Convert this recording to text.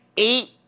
Eight